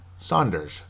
Saunders